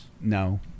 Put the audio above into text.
No